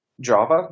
Java